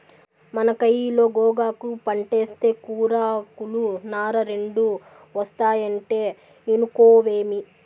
మన కయిలో గోగాకు పంటేస్తే కూరాకులు, నార రెండూ ఒస్తాయంటే ఇనుకోవేమి